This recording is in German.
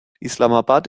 islamabad